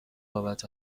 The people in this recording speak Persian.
بابت